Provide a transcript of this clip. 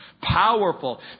powerful